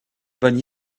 bonne